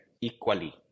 equally